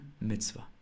mitzvah